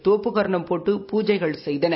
தோப்புக்கரணம் போட்டு பூஜகள் செய்தன